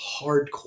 hardcore